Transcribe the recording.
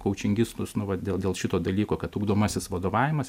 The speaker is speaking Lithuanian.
kaučingistus nu vat dėl dėl šito dalyko kad ugdomasis vadovavimas